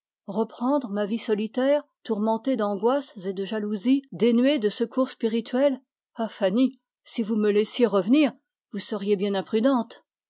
reprendre ma vie solitaire tourmentée d'angoisses et de jalousies dénuée de secours spirituels ah fanny si vous me laissiez revenir vous seriez bien imprudente